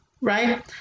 right